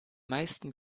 meisten